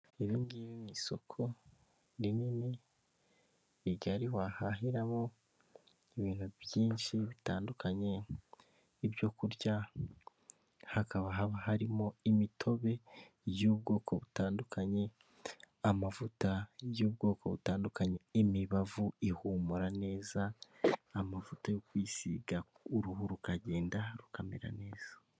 Ibi ngiyo ni isoko rinini rigari wahahiramo ibintu byinshi bitandukanye; ibyokurya, hakaba haba harimo imitobe y'ubwoko butandukanye, amavuta y'ubwoko butandukanye, imibavu ihumura neza, amavuta yo kwisiga uruhu rukagenda rukamera neza.